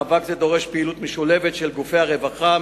מאבק זה דורש פעילות משולבת של גופי הרווחה,